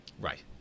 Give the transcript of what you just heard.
Right